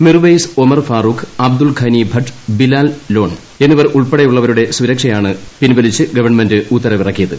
മിർവൈസ് ഒമർ ഫാറൂഖ് അബ്ദുൾ ഘനി ഭട്ട് ബിലാൽ ലോൺ ഉൾപ്പെടെയുള്ളവരുടെ സുരക്ഷയാണ് പിൻ വലിച്ച് ഗവൺമെന്റ് ഉത്തരവിറക്കിയത്